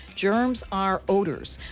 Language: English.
germs are odors,